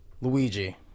Luigi